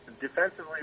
Defensively